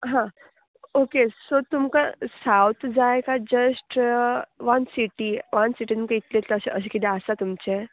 हां okay so तुमकां सावत जाय काय जस्ट वन सिटी वन सिटीन तुमकां इतलेत अशें अशें किदें आसा तुमचें